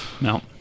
No